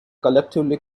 collectively